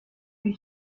lui